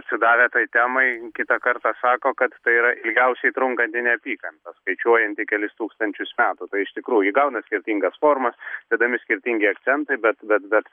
atsidavę tai temai kitą kartą sako kad tai yra ilgiausiai trunkanti neapykanta skaičiuojanti kelis tūkstančius metų tai iš tikrųjų įgauna skirtingas formas dedami skirtingi akcentai bet bet bet